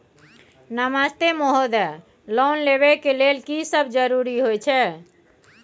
नमस्ते महोदय, लोन लेबै के लेल की सब जरुरी होय छै?